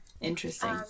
Interesting